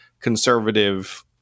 conservative